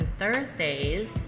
Thursdays